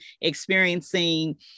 experiencing